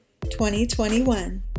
2021